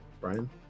brian